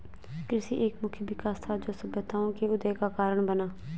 कृषि एक मुख्य विकास था, जो सभ्यताओं के उदय का कारण बना